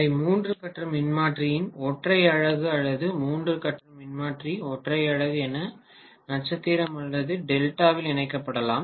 அவை மூன்று கட்ட மின்மாற்றியின் ஒற்றை அலகு அல்லது மூன்று கட்ட மின்மாற்றி ஒற்றை அலகு என நட்சத்திரம் அல்லது டெல்டாவில் இணைக்கப்படலாம்